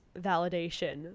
validation